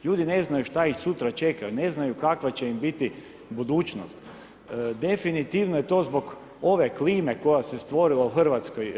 Ljudi ne znaju šta ih sutra čeka, ne znaju kakva će im biti budućnost, definitivno je to zbog ove klime koja se stvorila u Hrvatskoj.